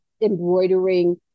embroidering